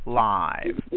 live